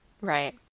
right